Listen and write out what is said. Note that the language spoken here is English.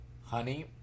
honey